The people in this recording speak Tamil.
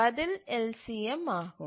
பதில் LCM ஆகும்